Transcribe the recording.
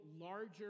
larger